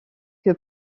que